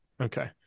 Okay